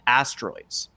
asteroids